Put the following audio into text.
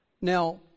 Now